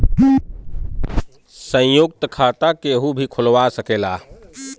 संयुक्त खाता केहू भी खुलवा सकेला